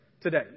today